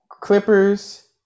Clippers